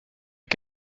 est